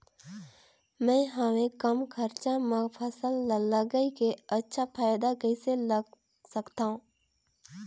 मैं हवे कम खरचा मा फसल ला लगई के अच्छा फायदा कइसे ला सकथव?